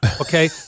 okay